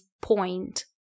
point